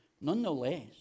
nonetheless